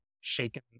shaken